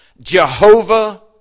Jehovah